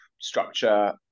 structure